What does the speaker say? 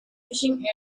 fishing